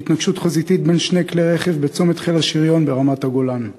בהתנגשות חזיתית בין שני כלי-רכב בצומת חיל השריון ברמת-הגולן.